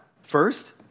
first